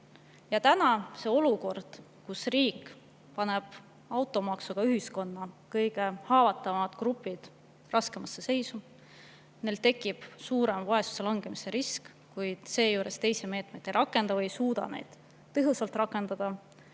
Täna on meil olukord, kus riik paneb automaksuga ühiskonna kõige haavatavamad grupid raskemasse seisu, neil tekib suurem vaesusse langemise risk, kuid seejuures abimeetmeid ei ole või ei suudeta neid tõhusalt rakendada.